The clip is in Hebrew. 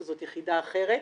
שזאת יחידה אחרת.